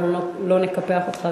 אנחנו לא נקפח אותך,